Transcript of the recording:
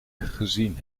gezien